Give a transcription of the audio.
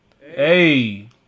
Hey